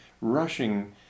rushing